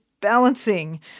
balancing